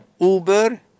Uber